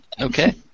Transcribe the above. Okay